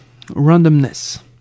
randomness